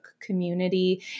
community